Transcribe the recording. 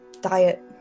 diet